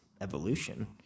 evolution